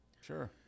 Sure